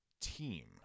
team